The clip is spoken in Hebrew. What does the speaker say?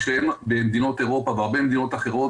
מה שאין במדינות אירופה ובהרבה מדינות אחרות